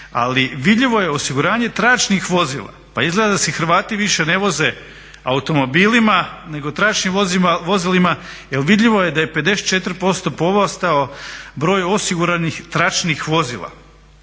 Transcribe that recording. Ali, vidljivo je osiguranje tračnih vozila. Pa izgleda da se Hrvati više ne voze automobilima nego tračnim vozilima jer vidljivo je da je 54% porastao broj osiguranih tračnih vozila.